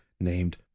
named